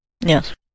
Yes